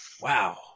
Wow